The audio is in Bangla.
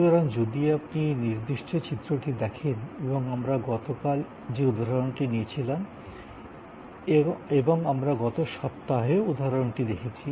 সুতরাং যদি আপনি এই নির্দিষ্ট চিত্রটি দেখেন এবং আমরা গতকাল যে উদাহরণটি নিয়েছিলাম এবং আমরা গত সপ্তাহেও উদাহরণটি দেখেছি